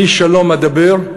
אני שלום אדבר,